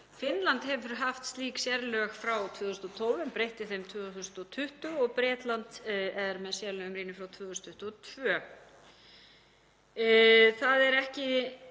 Finnland hefur haft slík sérlög frá 2012 en breytti þeim 2020 og Bretland er með sérlög um rýni frá 2022. Það er ekki